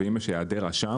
ואם יש העדר אשם,